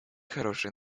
хорошие